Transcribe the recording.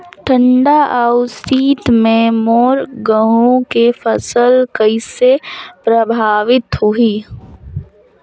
ठंडा अउ शीत मे मोर गहूं के फसल कइसे प्रभावित होही?